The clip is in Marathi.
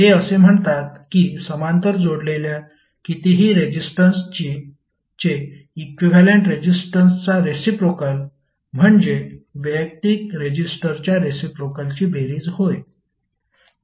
हे असे म्हणतात की समांतर जोडलेल्या कितीही रेजिस्टन्सचे इक्विव्हॅलेंट रेजिस्टरचा रेसिप्रोकेल म्हणजे वैयक्तिक रेजिस्टरच्या रेसिप्रोकेलची बेरीज होय